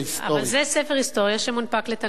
אבל זה ספר היסטוריה שמונפק לתלמידים.